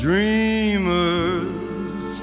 Dreamers